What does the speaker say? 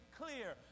clear